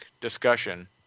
discussion